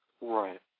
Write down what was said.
Right